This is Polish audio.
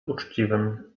uczciwym